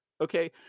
Okay